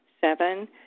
Seven